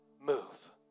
move